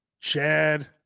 Chad